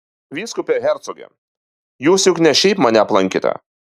vyskupe hercoge jūs juk ne šiaip mane aplankėte